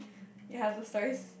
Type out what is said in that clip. yea just toys